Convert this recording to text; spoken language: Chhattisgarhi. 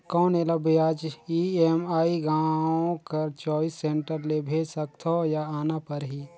कौन एला ब्याज ई.एम.आई गांव कर चॉइस सेंटर ले भेज सकथव या आना परही?